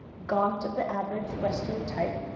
gaunt, of the average western type,